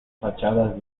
fachadas